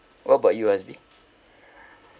what about you hasbi